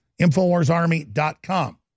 Infowarsarmy.com